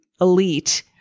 elite